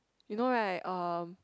you know right um